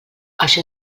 això